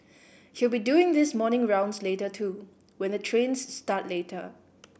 he'll be doing the morning rounds later too when the trains start later